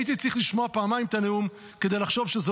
הייתי צריך לשמוע פעמיים את הנאום כדי לחשוב שזו